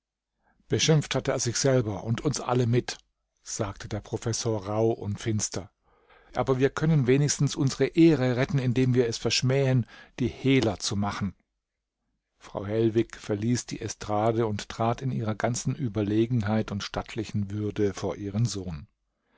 beschimpft hat er sich selber und uns alle mit sagte der professor rauh und finster aber wir können wenigstens unsere ehre retten indem wir es verschmähen die hehler zu machen frau hellwig verließ die estrade und trat in ihrer ganzen ueberlegenheit und stattlichen würde vor ihren sohn